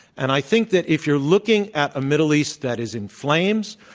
and i think that if you're looking at a middle east that is in flames,